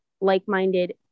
like-minded